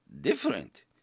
different